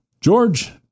George